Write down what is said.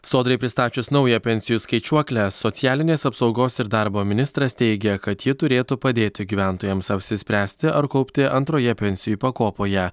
sodrai pristačius naują pensijų skaičiuoklę socialinės apsaugos ir darbo ministras teigia kad ji turėtų padėti gyventojams apsispręsti ar kaupti antroje pensijų pakopoje